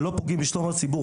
ולא פוגעים בשלום הציבור,